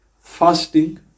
fasting